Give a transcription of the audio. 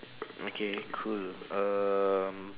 okay cool um